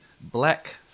black